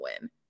win